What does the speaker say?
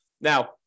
Now